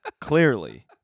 clearly